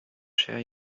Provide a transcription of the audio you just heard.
share